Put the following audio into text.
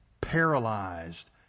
paralyzed